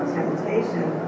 temptation